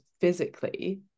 physically